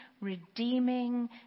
redeeming